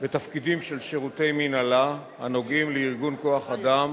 בתפקידים של שירותי מינהלה הנוגעים לארגון כוח-אדם